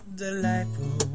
delightful